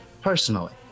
personally